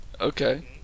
okay